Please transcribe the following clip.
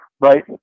right